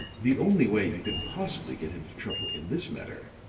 the only way you can possibly get into trouble in this matter,